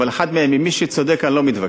אבל אחד מהם: עם מי שצודק אני לא מתווכח.